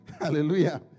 Hallelujah